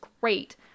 great